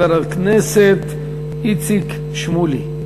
חבר הכנסת איציק שמולי.